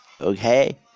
Okay